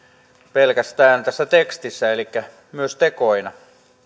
pelkästään tässä tekstissä elikkä myös tekoina